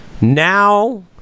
now